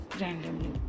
randomly